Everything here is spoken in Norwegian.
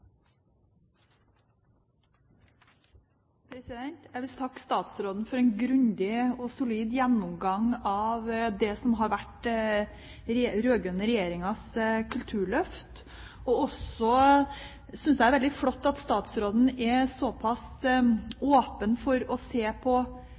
Jeg vil takke statsråden for en grundig og solid gjennomgang av det som har vært den rød-grønne regjeringas kulturløft, og jeg synes også det er veldig flott at statsråden er såpass